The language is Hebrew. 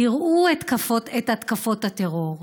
תראו את התקפות הטרור.